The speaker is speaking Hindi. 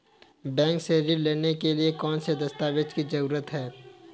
बैंक से ऋण लेने के लिए कौन से दस्तावेज की जरूरत है?